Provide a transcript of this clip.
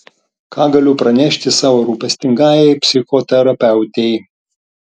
ką galiu pranešti savo rūpestingajai psichoterapeutei